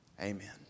Amen